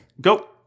Go